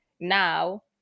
now